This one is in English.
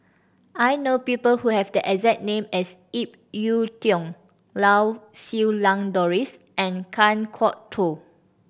I know people who have the exact name as Ip Yiu Tung Lau Siew Lang Doris and Kan Kwok Toh